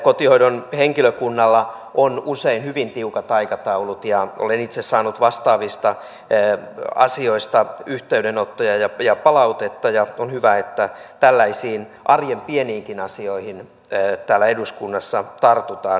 kotihoidon henkilökunnalla on usein hyvin tiukat aikataulut ja olen itse saanut vastaavista asioista yhteydenottoja ja palautetta ja on hyvä että tällaisiin arjen pieniinkin asioihin täällä eduskunnassa tartutaan